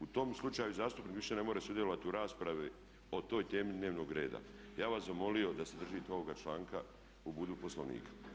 U tom slučaju zastupnik više ne može sudjelovati u raspravi o toj temi dnevnog reda." Ja bih vas zamolio da se držite ovoga članka Poslovnika.